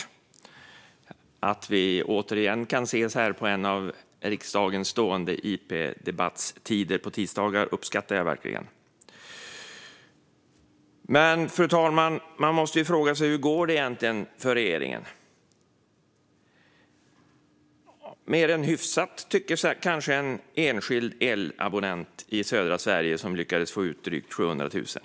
Jag uppskattar verkligen att vi återigen kan ses här under en av riksdagens stående interpellationsdebattider på tisdagar. Men, fru talman, man måste fråga sig hur det egentligen går för regeringen. Mer än hyfsat, tycker kanske en enskild elabonnent i södra Sverige, som lyckades få ut drygt 700 000.